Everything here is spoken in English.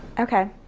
okay,